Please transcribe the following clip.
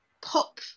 pop